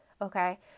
okay